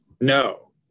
No